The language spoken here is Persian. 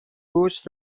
گوشت